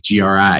GRI